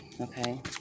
Okay